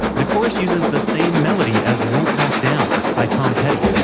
the chorus uses the same melody as won't back down by tom petty